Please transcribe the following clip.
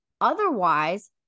Otherwise